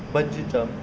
bungee jump